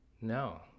No